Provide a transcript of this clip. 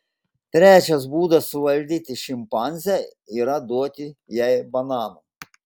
trečias būdas suvaldyti šimpanzę yra duoti jai bananų